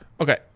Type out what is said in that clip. Okay